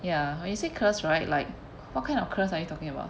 ya when you say cursed right like what kind of curse are you talking about